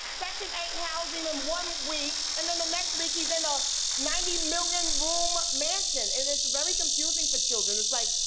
section eight housing and one week and then the next week, he's in a ninety million room mansion and it's very confusing for children. it's like,